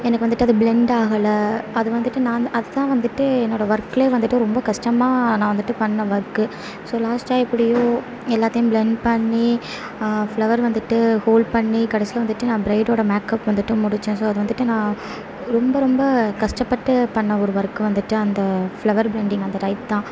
எனக்கு வந்துட்டு அது பிளெண்டாகலை அது வந்துட்டு நான் அது தான் வந்துட்டு என்னோட ஒர்க்கிலே வந்துட்டு ரொம்ப கஷ்டமாக நான் வந்துட்டு பண்ண ஒர்க்கு ஸோ லாஸ்ட்டாக எப்படியோ எல்லாத்தையும் பிளெண்ட் பண்ணி ஃப்ளவர் வந்துட்டு ஹோல் பண்ணி கடைசியா வந்துட்டு நான் பிரைடோட மேக்அப் வந்துட்டு முடித்தேன் ஸோ அது வந்துட்டு நான் ரொம்ப ரொம்ப கஷ்டப்பட்டு பண்ண ஒரு ஒர்க் வந்துட்டு அந்த ஃப்ளவர் பிளெண்டிங் அந்த டைப் தான்